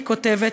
היא כותבת,